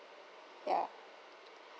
ya